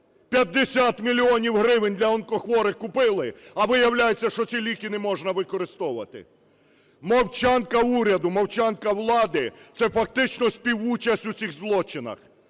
50 мільйонів гривень, для онкохворих купили, а виявляється, що ці ліки не можна використовувати. Мовчанка уряду, мовчанка влади – це фактично співучасть у цих злочинах.